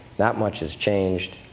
not much has changed.